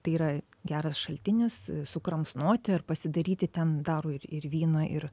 tai yra geras šaltinis sukramsnoti ar pasidaryti ten daro ir ir vyną ir